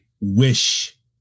wish